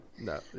No